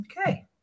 Okay